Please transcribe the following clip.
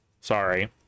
Sorry